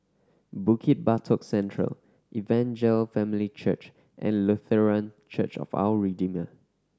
Bukit Batok Central Evangel Family Church and Lutheran Church of Our Redeemer